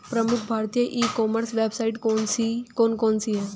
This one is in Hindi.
प्रमुख भारतीय ई कॉमर्स वेबसाइट कौन कौन सी हैं?